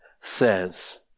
Says